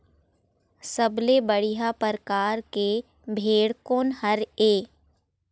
सबले बढ़िया परकार के भेड़ कोन हर ये?